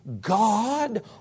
God